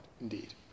indeed